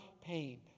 pain